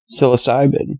psilocybin